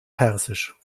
persisch